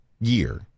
year